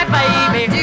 baby